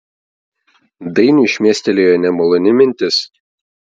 dainiui šmėstelėjo nemaloni mintis